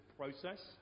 process